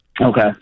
Okay